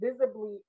visibly